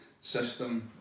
system